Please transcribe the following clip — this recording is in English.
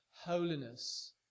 Holiness